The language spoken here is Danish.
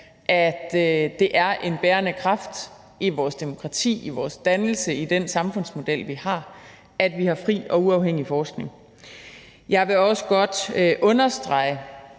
at det er en bærende kraft i vores demokrati, i vores dannelse, i den samfundsmodel, vi har, at vi har fri og uafhængig forskning. Jeg vil også godt understrege,